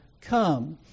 come